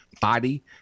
Body